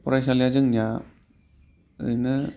फरायसालिया जोंनिया ओरैनो